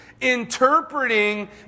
Interpreting